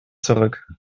zurück